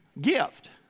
Gift